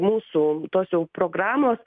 mūsų tos jau programos